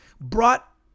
brought